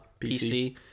PC